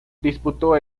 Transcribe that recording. disputó